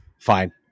Fine